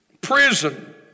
Prison